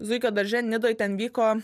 zuikio darže nidoje ten vyko